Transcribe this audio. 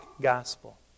gospel